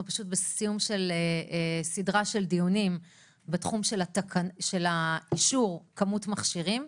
אנחנו פשוט בסיום של סדרת דיונים בתחום של אישור כמות מכשירים.